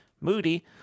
Moody